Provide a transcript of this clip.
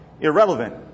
irrelevant